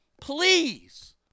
Please